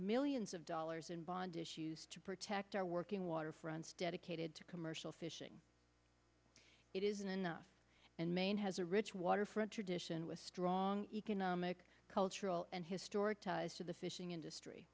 millions of dollars in bond issues to protect our working waterfronts dedicated to commercial fishing it isn't enough and maine has a rich waterfront tradition with strong economic cultural and historic ties to the fishing industry